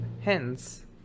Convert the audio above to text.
hence